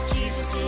Jesus